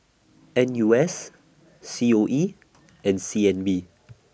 N U S C O E and C N B